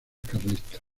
carlistas